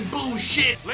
Bullshit